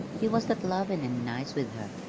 he was that lovin' an' nice with her.